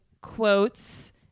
quotes